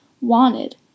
wanted